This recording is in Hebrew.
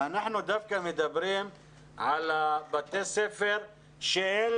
ואנחנו דווקא מדברים על בתי הספר שאין